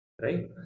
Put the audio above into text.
right